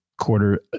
quarter